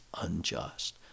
unjust